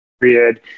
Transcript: period